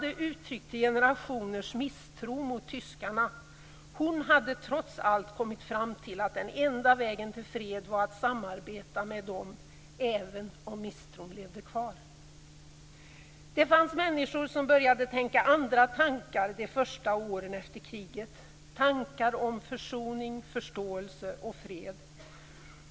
Hon uttryckte fortfarande generationers misstro mot tyskarna. Hon hade trots allt kommit fram till att den enda vägen till fred var att samarbeta med dem även om misstron levde kvar. Det fanns människor som började tänka andra tankar de första åren efter kriget, tankar om försoning, förståelse och fred.